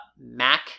Mac